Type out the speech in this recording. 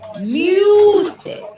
music